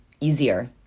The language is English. easier